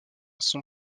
son